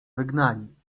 wygnali